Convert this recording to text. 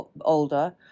older